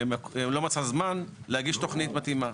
הוא לא מצא זמן להגיש תוכנית מתאימה.